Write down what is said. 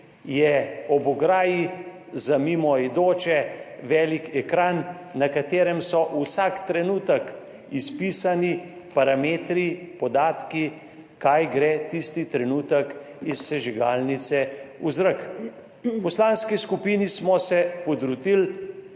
je ob ograji za mimoidoče velik ekran, na katerem so vsak trenutek izpisani parametri, podatki, kaj gre tisti trenutek iz sežigalnice v zrak. V poslanski skupini smo se potrudili